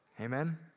Amen